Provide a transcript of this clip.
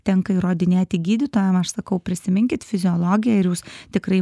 tenka įrodinėti gydytojam aš sakau prisiminkit fiziologiją ir jūs tikrai